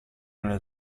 nel